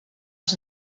els